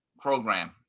program